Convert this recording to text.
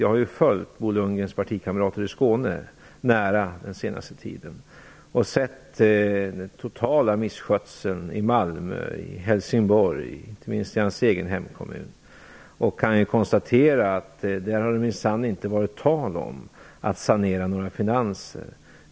Jag har ju följt Bo Lundgrens partikamrater i Skåne nära den senaste tiden och sett den totala misskötseln i Malmö, i Helsingborg och inte minst i hans egen hemkommun. Jag kan konstatera att det minsann inte har varit tal om att sanera några finanser.